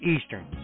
Eastern